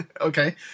Okay